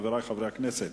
חברי חברי הכנסת,